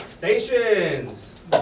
Stations